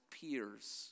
peers